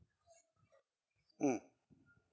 mm